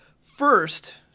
First